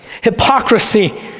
Hypocrisy